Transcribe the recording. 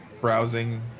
browsing